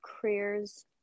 careers